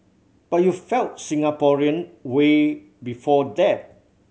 but you felt Singaporean way before that